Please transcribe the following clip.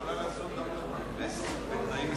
גם הכנסת, בתנאים מסוימים.